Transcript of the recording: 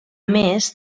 més